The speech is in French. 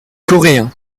coréen